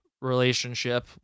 relationship